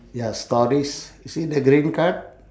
ya stories you see the green card